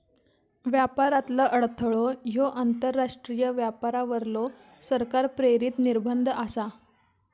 व्यापारातलो अडथळो ह्यो आंतरराष्ट्रीय व्यापारावरलो सरकार प्रेरित निर्बंध आसा